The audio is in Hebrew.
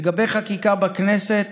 לגבי חקיקה בכנסת,